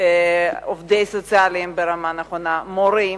עובדים סוציאליים ברמה מתאימה, מורים,